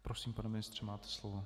Prosím, pane ministře, máte slovo.